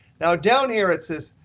now down here it says,